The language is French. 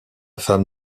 femme